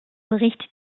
bericht